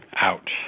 Ouch